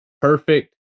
perfect